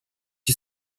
you